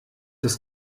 das